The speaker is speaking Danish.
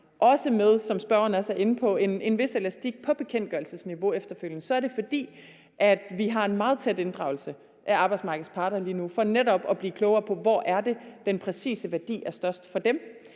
frem, som vi har, også med en vis elastik på bekendtgørelsesniveau efterfølgende, så er det, fordi vi har en meget tæt inddragelse af arbejdsmarkedets parter lige nu for netop at blive klogere på, hvor den præcise værdi for dem